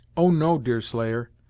oh! no, deerslayer.